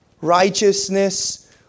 righteousness